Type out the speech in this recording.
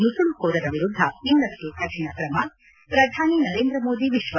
ನುಸುಳುಕೋರರ ವಿರುದ್ದ ಇನ್ತಷ್ಟು ಕಠಿಣ ಕ್ರಮ ಪ್ರಧಾನಿ ನರೇಂದ್ರ ಮೋದಿ ವಿಶ್ವಾಸ